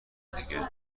دیگه